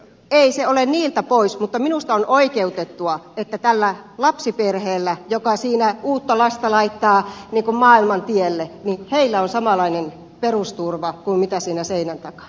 ei se ole niiltä pois mutta minusta on oikeutettua että tällä lapsiperheellä joka siinä uutta lasta laittaa maailman tielle on samanlainen perusturva kuin on siinä seinän takana